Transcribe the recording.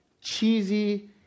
cheesy